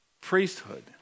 priesthood